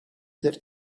that